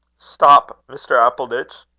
stop, mr. appleditch,